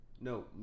No